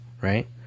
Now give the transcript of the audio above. right